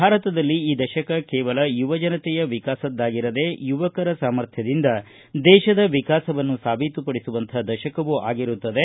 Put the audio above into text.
ಭಾರತದಲ್ಲಿ ಈ ದಶಕ ಕೇವಲ ಯುವಜನತೆಯ ವಿಕಾಸದ್ದಾಗಿರದೆ ಯುವಕರ ಸಾಮರ್ಥ್ಯದಿಂದ ದೇಶದ ವಿಕಾಸವನ್ನು ಸಾಬೀತುಪಡಿಸುವಂಥ ದಶಕವೂ ಆಗಿರುತ್ತದೆ